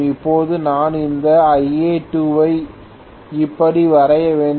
இப்போது நான் இந்த Ia2 ஐ இப்படி வரைய வேண்டும்